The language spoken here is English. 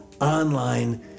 online